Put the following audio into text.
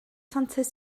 santes